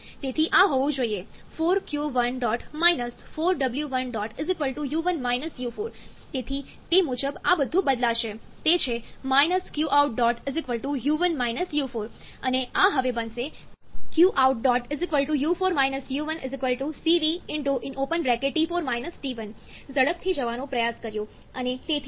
તેથી આ હોવું જોઈએ ₄q1 ₄w1 u1 u4 તેથી તે મુજબ આ બધું બદલાશે તે છે qout u1 u4 અને આ હવે બનશે qout u4 u1 cv ઝડપથી જવાનો પ્રયાસ કર્યો અને તેથી જ મેં આ ભૂલ કરી